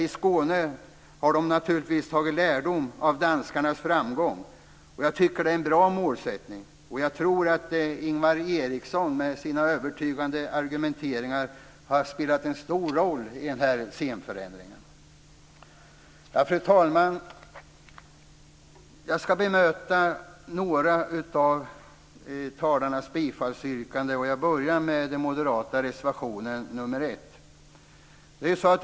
I Skåne har man naturligtvis tagit lärdom av danskarnas framgång. Jag tycker att det är en bra målsättning. Jag tror att Ingvar Eriksson med sin övertygande argumentering har spelat en stor roll för den här scenförändringen. Fru talman! Jag ska bemöta några av talarnas bifallsyrkanden. Jag börjar med moderaternas reservation 1.